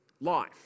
life